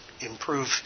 improve